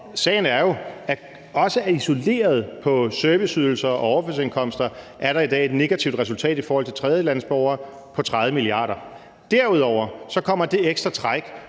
at der isoleret set i forhold til serviceydelser og overførselsindkomster i dag er et negativt resultat i forhold til tredjelandsborgere på 30 mia. kr. Derudover kommer det ekstra træk